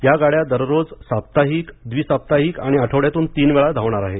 या गाड्या दररोज साप्ताहिक द्वि साप्ताहिक आणि आठवड्यातून तीनवेळा धावणार आहे